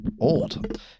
old